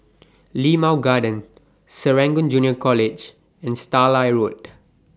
Limau Garden Serangoon Junior College and Starlight Road